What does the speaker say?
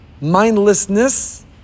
Mindlessness